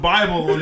Bible